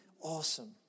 awesome